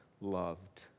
loved